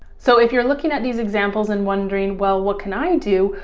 so if you're looking at these examples and wondering, well, what can i do?